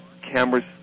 cameras